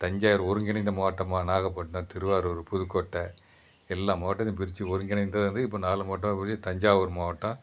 தஞ்சாவூர் ஒருங்கிணைந்த மாவட்டமாக நாகப்பட்டினம் திருவாரூர் புதுக்கோட்டை எல்லா மாவட்டத்தையும் பிரித்து ஒருங்கிணைந்தது இப்போ நாலு மாவட்டமாக போயி தஞ்சாவூர் மாவட்டம்